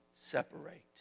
separate